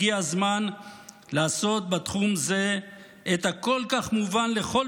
הגיע הזמן לעשות בתחום זה את מה שכל כך מובן לכל